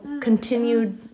continued